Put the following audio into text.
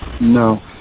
No